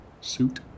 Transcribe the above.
suit